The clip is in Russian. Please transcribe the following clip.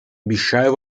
обещаю